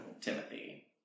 Timothy